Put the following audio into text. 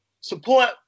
Support